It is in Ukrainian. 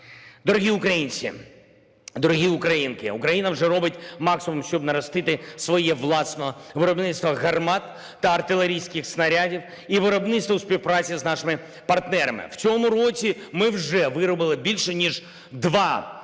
Дорогі українці, дорогі українки! Україна вже робить максимум, щоб наростити своє власне виробництво гармат та артилерійських снарядів і виробництво у співпраці з нашими партнерами. В цьому році ми вже виробили більше ніж 2,5 мільйона